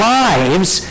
lives